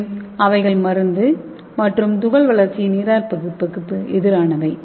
மேலும் அவைகள் மருந்து மற்றும் துகள் வளர்ச்சியின் நீராற்பகுப்புக்கு எதிரானவை